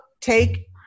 take